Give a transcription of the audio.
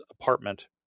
apartment